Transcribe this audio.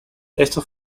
estos